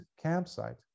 campsite